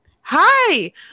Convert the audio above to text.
hi